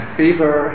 fever